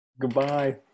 Goodbye